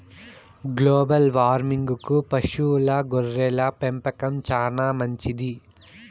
global వార్మింగ్కు పశువుల గొర్రెల పెంపకం చానా మంచిది